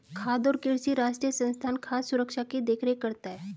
खाद्य और कृषि राष्ट्रीय संस्थान खाद्य सुरक्षा की देख रेख करता है